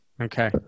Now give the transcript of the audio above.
Okay